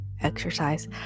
exercise